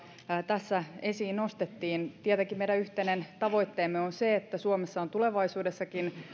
tässä esiin nostettiin tietenkin meidän yhteinen tavoitteemme on se että suomessa on tulevaisuudessakin